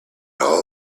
all